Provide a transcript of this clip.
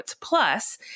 Plus